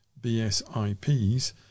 BSIPs